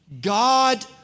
God